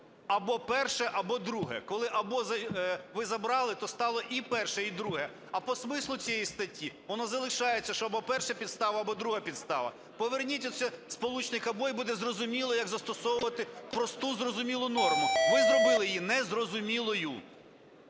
або перше, або друге. Коли "або" ви забрали, то стало і перше, і друге, а по смислу цієї статті воно залишається, що або перша підстава, або друга підстава. Поверніть сполучник "або" - і буде зрозуміло, як застосовувати просту, зрозумілу норму. Ви зробили її незрозумілою.